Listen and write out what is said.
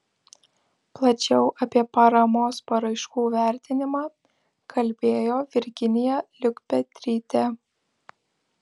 plačiau apie paramos paraiškų vertinimą kalbėjo virginija liukpetrytė